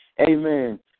Amen